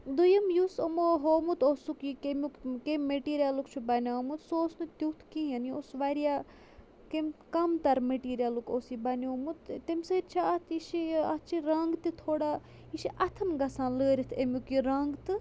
دوٚیِم یُس یِمو ہومُت اوسُکھ یہِ کَمیُک کَمہِ میٚٹیٖریَلُک چھُ بَنیومُت سُہ اوس نہٕ تیُتھ کِہیٖنۍ یہِ اوس واریاہ کِم کَم تَر میٚٹیٖریَلُک اوس یہِ بَنیومُت تہٕ تَمہِ سۭتۍ چھِ اَتھ یہِ چھِ یہِ اَتھ چھِ رنٛگ تہِ تھوڑا یہِ چھِ اَتھَن گژھان لٲرِتھ اَمیُک یہِ رنٛگ تہٕ